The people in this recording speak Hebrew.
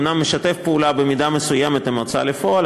אומנם משתף פעולה במידה מסוימת עם ההוצאה לפועל,